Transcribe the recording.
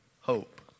hope